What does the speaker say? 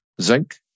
zinc